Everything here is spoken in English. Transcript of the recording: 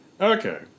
Okay